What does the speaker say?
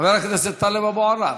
חבר הכנסת טלב אבו עראר.